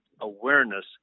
awareness